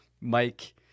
Mike